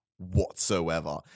whatsoever